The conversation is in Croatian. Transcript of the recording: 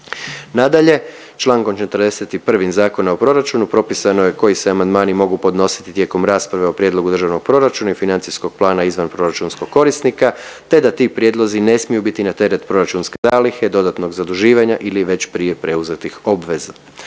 Nadalje, čl. 41. Zakona o proračunu propisano je koji se amandmani mogu podnositi tijekom rasprave o prijedlogu državnog proračuna i financijskog plana izvanproračunskog korisnika te da ti prijedlozi ne smiju biti na teret proračunske zalihe, dodatnog zaduživanja ili već prije preuzetih obveza.